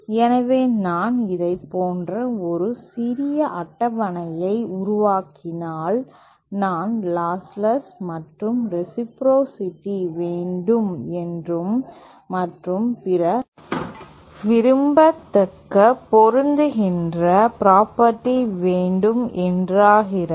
எனவே நான் இதைப் போன்ற ஒரு சிறிய அட்டவணையை உருவாக்கினால் நான் லாஸ்லஸ் மற்றும் ரேசிப்ரோசிடி வேண்டும் என்றும் மற்றும் பிற விரும்பத்தக்க பொருந்துகிற புரோபர்டி வேண்டும் என்றாகிறது